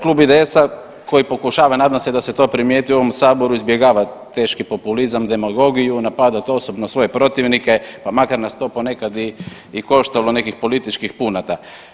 Klub IDS-a koji pokušava, nadam se da se to primijeti u ovom saboru, izbjegava teški populizam i demagogiju i napadat osobno svoje protivnike, pa makar nas to ponekad i koštalo nekih političkih punata.